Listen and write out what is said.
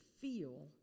feel